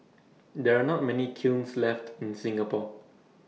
there are not many kilns left in Singapore